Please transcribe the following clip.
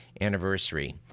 anniversary